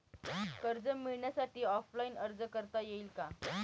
कर्ज मिळण्यासाठी ऑफलाईन अर्ज करता येईल का?